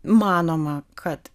manoma kad